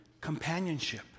companionship